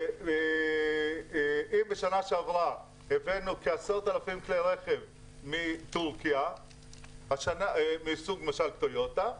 אם בשנה שעברה ייבאנו כ-10,000 כלי רכב מטורקיה מסוג טויוטה למשל,